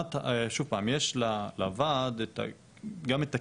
שוב פעם, יש לוועד גם את הכלים,